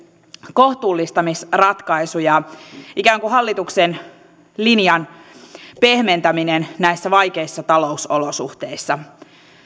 kohtuullistamisratkaisuja ikään kuin hallituksen linjan pehmentäminen näissä vaikeissa talousolosuhteissa